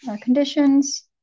conditions